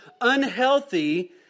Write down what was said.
unhealthy